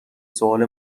سوال